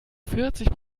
vierzig